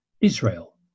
Israel